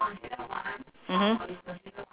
mmhmm